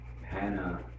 Hannah